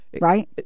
right